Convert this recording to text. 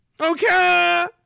Okay